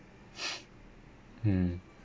mm